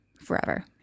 forever